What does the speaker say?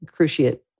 cruciate